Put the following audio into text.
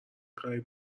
قریب